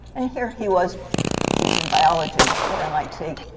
and here he was teaching biology at mit.